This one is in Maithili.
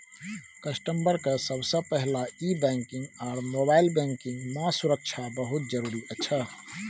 कस्टमर के सबसे पहला ई बैंकिंग आर मोबाइल बैंकिंग मां सुरक्षा बहुत जरूरी अच्छा